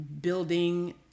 building